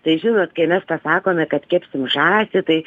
tai žinot kai mes pasakome kad kepsim žąsį tai